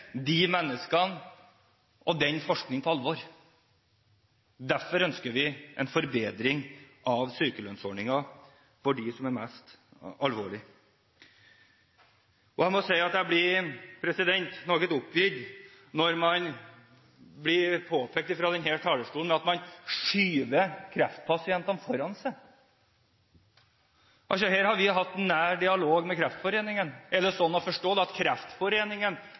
de menneskene og den forskningen på alvor. Derfor ønsker vi en forbedring av sykelønnsordningen for dem som er mest alvorlig syke. Jeg må si at jeg blir noe oppgitt når det påstås fra denne talerstolen at man skyver kreftpasientene foran seg. Her har vi hatt en nær dialog med Kreftforeningen. Er det da slik å forstå at Kreftforeningen